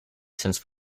since